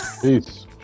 peace